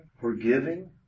forgiving